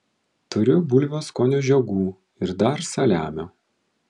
turiu bulvių skonio žiogų ir dar saliamio